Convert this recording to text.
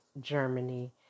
Germany